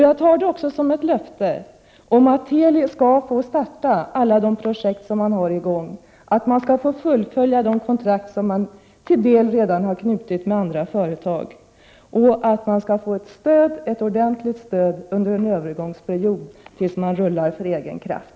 Jag tar det också som ett löfte om att Teli skall få starta alla de projekt som företaget har på gång, att det skall få fullfölja de kontrakt som man har träffat med andra företag och att det skall få ett ordentligt stöd under en övergångsperiod tills företaget klarar sig av egen kraft.